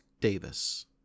Davis